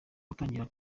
gutangira